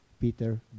Peter